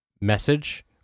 message